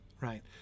right